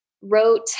wrote